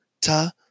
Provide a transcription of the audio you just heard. ta